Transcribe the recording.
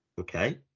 okay